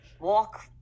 walk